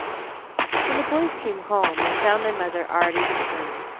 when the boys came home they found their mother already returned,